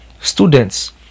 Students